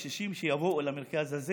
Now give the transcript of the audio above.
קשישים, יבואו למרכז הזה